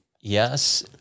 Yes